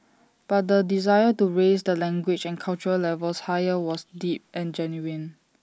but the desire to raise the language and cultural levels higher was deep and genuine